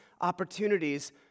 opportunities